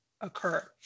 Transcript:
occur